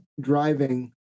driving